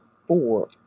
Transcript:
four